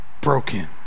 Broken